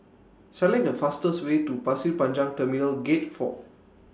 Select The fastest Way to Pasir Panjang Terminal Gate four